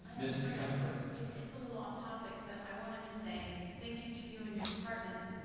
miss cuthbert. it's it's a little off topic, but i wanted to say, thank you to you and your department